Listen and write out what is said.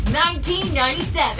1997